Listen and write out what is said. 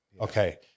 okay